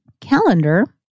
calendar